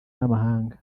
n’amahanga